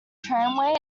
tramway